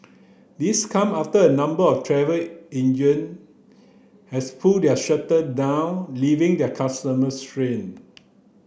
this come after a number of travel agent has pulled their shutter down leaving their customers stranded